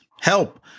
Help